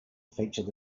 featured